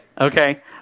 okay